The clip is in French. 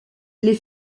les